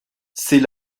c’est